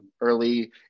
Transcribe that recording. early